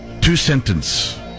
two-sentence